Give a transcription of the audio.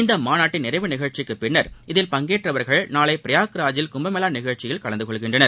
இந்த மாநாட்டின் நிறைவு நிகழ்ச்சிக்கு பின்னர் இதில் பங்கேற்றவர்கள் நாளை பிரையாக்ராஜ்ல் கும்பமேளா நிகழ்ச்சியில் கலந்துகொள்கின்றனர்